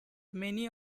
many